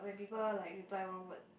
people like reply one word